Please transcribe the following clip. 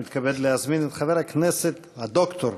אני מתכבד להזמין את חבר הכנסת הד"ר